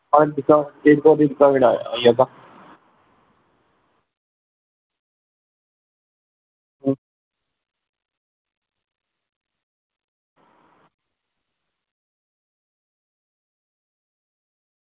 आई जाह्गा